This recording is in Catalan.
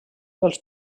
dels